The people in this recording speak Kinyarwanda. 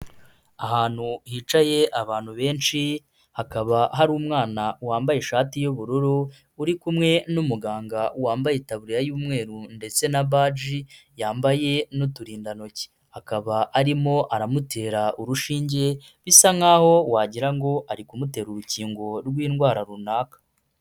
Ahantu hicaye abantu benshi, hakaba hari umwana wambaye ishati y'ubururu, uri kumwe n'umuganga wambaye itaburiya y'umweru ndetse na baji yambaye n'uturindantoki. Akaba arimo aramutera urushinge, bisa nkaho wagira ngo ari kumutera urukingo rw'indwara runaka.